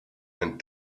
and